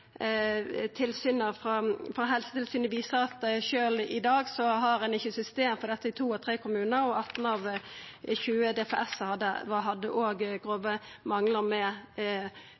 frå Helsetilsynet viser at sjølv i dag har ein ikkje system for dette i to av tre kommunar. 18 av 20 DPS hadde òg grove manglar med